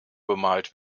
bemalt